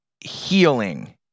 healing